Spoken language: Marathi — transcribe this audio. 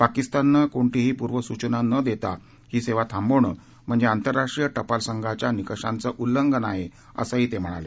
पाकिस्तानने कोणतीही पूर्व सूचना न देता ही सेवा थांबवणं म्हणजे आतंरराष्ट्रीय टपाल संघाच्या निकषांचं उल्लंघन आहे असंही ते म्हणाले